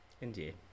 Indeed